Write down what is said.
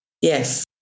Yes